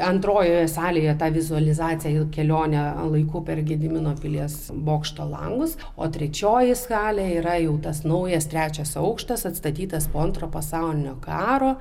antrojoje salėje tą vizualizaciją kelionę laiku per gedimino pilies bokšto langus o trečioji skalė yra jau tas naujas trečias aukštas atstatytas po antro pasaulinio karo